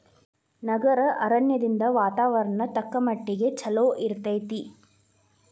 ನಗರ ಅರಣ್ಯದಿಂದ ವಾತಾವರಣ ತಕ್ಕಮಟ್ಟಿಗೆ ಚಲೋ ಇರ್ತೈತಿ